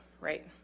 right